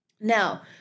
Now